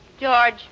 George